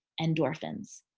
endorphins.